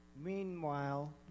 Meanwhile